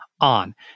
on